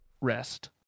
rest